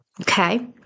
okay